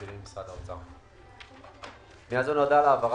בתקציב המשכי לשנת 2020. מי מסביר את ההעברות?